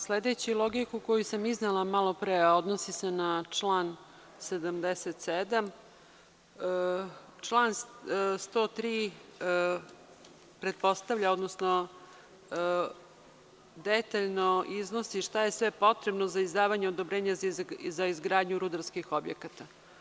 Sledeći logiku koju sam iznela malo pre, a odnosi se na član 77, član 103. pretpostavlja, odnosno detaljno iznosi šta je sve potrebno za izdavanje odobrenja za izgradnju rudarskih objekata.